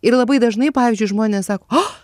ir labai dažnai pavyzdžiui žmonės sak a